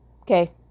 okay